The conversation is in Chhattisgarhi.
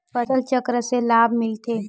फसल चक्र से का लाभ मिलथे?